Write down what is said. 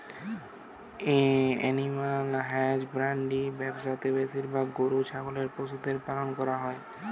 animal husbandry ব্যবসা তে বেশিরভাগ গরু ছাগলের পশুদের পালন করা হই